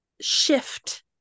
shift